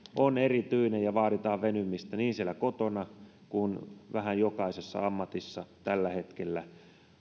on erityinen ja vaaditaan venymistä niin siellä kotona kuin vähän jokaisessa ammatissa tällä hetkellä